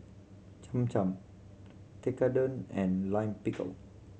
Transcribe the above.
Cham Cham Tekkadon and Lime Pickle